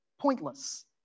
Pointless